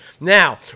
now